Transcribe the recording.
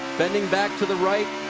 bending back to the right.